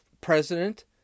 president